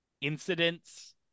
incidents